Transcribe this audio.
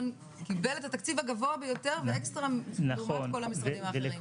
קיבל את התקציב הגבוה ביותר ואקסטרה לעומת כל המשרדים האחרים.